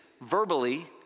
verbally